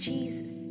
Jesus